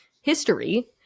history